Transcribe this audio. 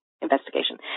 investigation